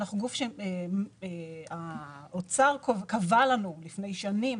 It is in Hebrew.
אנחנו גוף שמשרד האוצר קבע לנו לפני שנים